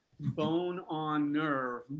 bone-on-nerve